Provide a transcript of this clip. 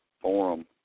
forum